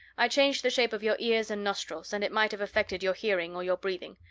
i changed the shape of your ears and nostrils, and it might have affected your hearing or your breathing.